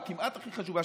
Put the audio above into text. או כמעט הכי חשובה,